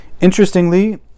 Interestingly